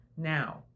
Now